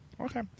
Okay